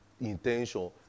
intention